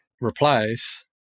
replace